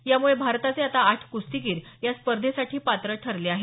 यामुळे भारताचे आता आठ कुस्तीगीर या स्पर्धेसाठी पात्र ठरले आहेत